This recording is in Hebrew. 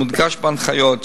מודגש בהנחיות,